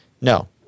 no